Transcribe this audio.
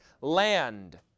land